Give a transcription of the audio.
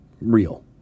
real